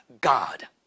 God